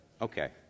Okay